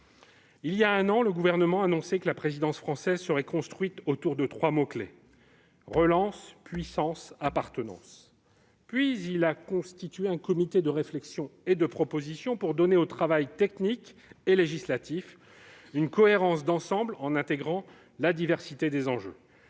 Voilà un an, le Gouvernement a annoncé que la présidence française serait construite autour de trois mots-clés : relance, puissance, appartenance. Puis, il a constitué un comité de réflexion et de propositions pour donner au travail technique et législatif une cohérence d'ensemble, en intégrant la diversité des enjeux.